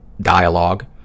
dialogue